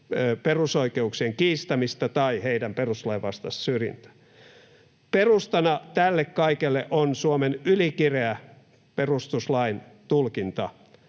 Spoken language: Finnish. perusoikeuksien kiistämistä tai heidän perustuslainvastaista syrjintää. Perustana tälle kaikelle on Suomen ylikireä perustuslaintulkinta,